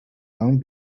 long